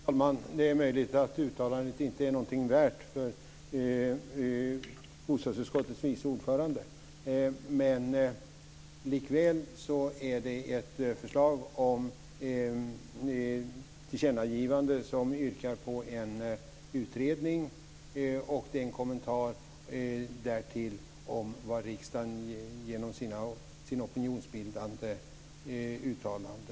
Fru talman! Det är möjligt att uttalandet inte är något värt för bostadsutskottets vice ordförande. Likväl är det ett förslag om ett tillkännagivande som yrkar på en utredning och därtill en kommentar om vad riksdagen kan komma att förvänta sig genom sitt opinionsbildande uttalande.